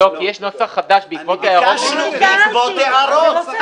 כי יש נוסח חדש בעקבות ההערות --- ביקשנו בעקבות הערות.